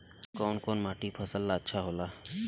कौन कौनमाटी फसल ला अच्छा होला?